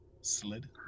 Slid